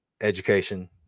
education